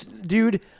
Dude